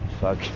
fuck